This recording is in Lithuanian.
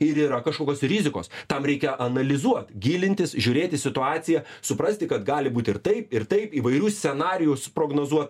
ir yra kažkokios rizikos tam reikia analizuot gilintis žiūrėti situaciją suprasti kad gali būti ir taip ir taip įvairius scenarijus prognozuot